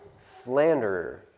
slanderer